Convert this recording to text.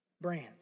brand